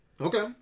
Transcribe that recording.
Okay